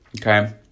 Okay